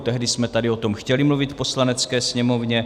Tehdy jsme tady o tom chtěli mluvit v Poslanecké sněmovně.